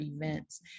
events